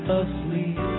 asleep